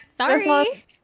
Sorry